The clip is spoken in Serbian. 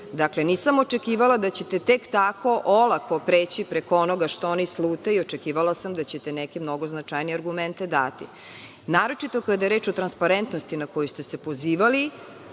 Dakle, nisam očekivala da ćete tek tako olako preći preko onoga što oni slute i očekivala sam da ćete neke mnogo značajnije argumente dati, naročito kada je reč o transparentnosti na koju ste se pozivali. Jednim